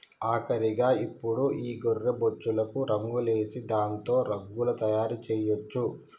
ఆఖరిగా ఇప్పుడు ఈ గొర్రె బొచ్చులకు రంగులేసి దాంతో రగ్గులు తయారు చేయొచ్చు